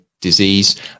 disease